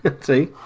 See